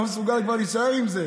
לא מסוגל כבר להישאר עם זה.